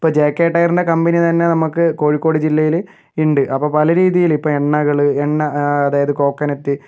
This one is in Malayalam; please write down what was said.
ഇപ്പോൾ ജെ കെ ടയറിൻ്റെ കമ്പനി തന്നെ നമ്മൾക്ക് കോഴിക്കോട് ജില്ലയിൽ ഉണ്ട് അപ്പോൾ പല രീതിയിൽ ഇപ്പോൾ എണ്ണകൾ എണ്ണ അതായത് കോക്കനട്ട്